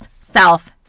self